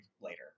later